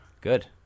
Good